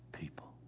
people